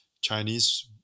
Chinese